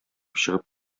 чыгып